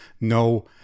no